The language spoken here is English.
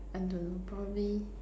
I don't know probably